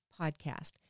podcast